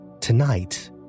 Tonight